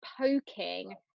poking